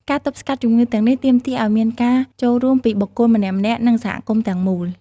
ការទប់ស្កាត់ជំងឺទាំងនេះទាមទារឲ្យមានការចូលរួមពីបុគ្គលម្នាក់ៗ និងសហគមន៍ទាំងមូល។